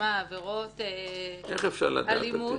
עבירות אלימות,